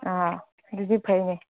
ꯑꯥ ꯑꯗꯨꯗꯤ ꯐꯩꯅꯦ